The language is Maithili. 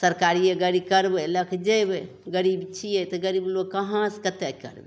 सरकारिए गाड़ी करबै लैके जएबै गरीब छिए तऽ गरीब लोक कहाँसे कतेक करबै